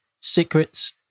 Secrets